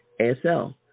ASL